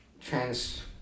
Trans